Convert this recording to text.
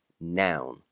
noun